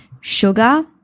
Sugar